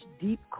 deep